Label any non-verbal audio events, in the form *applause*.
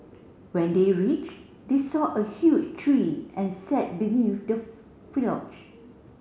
when they reach they saw a huge tree and sat beneath the *unintelligible*